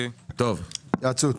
התייעצות.